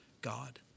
God